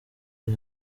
uri